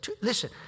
listen